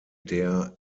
der